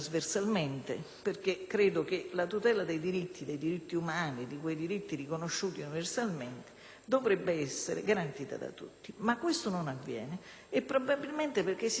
dovrebbe essere garantita a tutti. Ma questo non avviene e probabilmente perché si sta consolidando un'abitudine culturale, una sorta di assuefazione all'idea di una comunità chiusa,